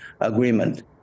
agreement